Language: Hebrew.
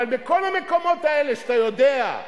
אבל בכל המקומות האלה שאתה יודע,